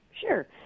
Sure